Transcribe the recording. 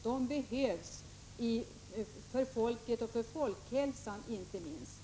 De behövs för folkets och inte minst folkhälsans skull.